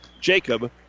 Jacob